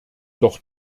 doch